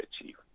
achieve